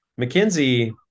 McKinsey